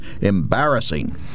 Embarrassing